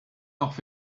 off